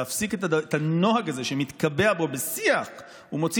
להפסיק את הנוהג הזה שמתקבע פה בשיח ומוציא